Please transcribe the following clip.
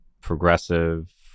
progressive